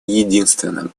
единственным